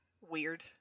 weird